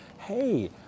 Hey